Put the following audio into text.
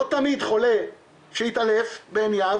לא תמיד חולה שהתעלף בעין יהב,